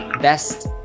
best